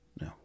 No